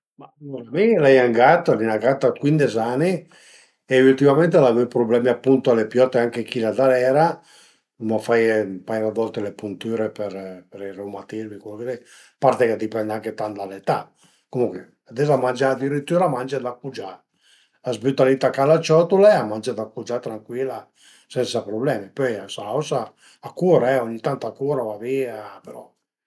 Ma mi l'ai un gat, 'na gata dë cuindes ani e ültimament al a avü dë prublema apunto a le piote anche chila darera, l'uma faie ën paira dë volte le puntüre për i reumatizmi, ch'le robe li, a part ch'a dipend anche tant da l'età, comunche ades a mangia adiritüra a mangia da cugià, a s'büta li tacà la ciotula e a mangia da cugià trancuila sensa problemi, pöi a s'ausa, a cur e ogni tant a cur, a va vìa però